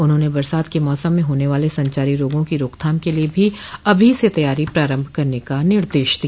उन्होंने बरसात के मौसम में होने वाले संचारी रोगों की रोकथाम के लिए भी अभी से तैयारी प्रारम्भ करने का निर्देश दिया